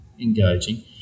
engaging